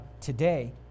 today